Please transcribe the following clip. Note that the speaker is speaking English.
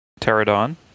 pterodon